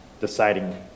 deciding